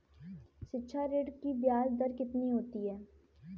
शिक्षा ऋण की ब्याज दर कितनी होती है?